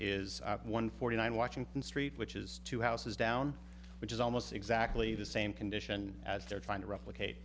is one forty nine washington street which is two houses down which is almost exactly the same condition as they're trying to replicate